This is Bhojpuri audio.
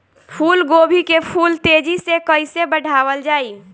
फूल गोभी के फूल तेजी से कइसे बढ़ावल जाई?